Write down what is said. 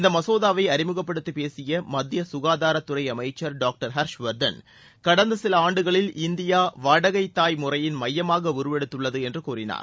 இந்த மசோதாவை அறிமுகப்படுத்தி பேசிய மத்திய சுகாதாரத்துறை அமைச்சர் டாக்டர் ஹர்ஷ்வர்தன் கடந்த சில ஆண்டுகளில் இந்தியா வாடகைத்தாய் முறையின் மையமாக உருவெடுத்துள்ளது என்று கூறினார்